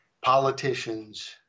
politicians